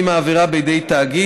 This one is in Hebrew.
אם העבירה נעברה בידי תאגיד,